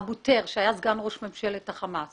אבו טיר, שהיה סגן ראש ממשלת החמאס,